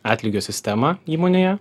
atlygio sistemą įmonėje